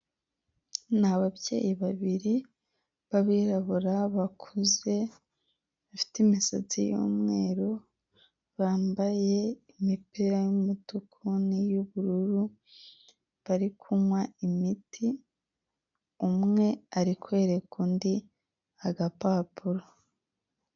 Ni ababyeyi babiri, b'abirabura, bakuze, bafite imisatsi y'umweru, bambaye imipira y'umutuku n'iy'ubururu, bari kunywa imiti, umwe arikwereka undi agapapuro.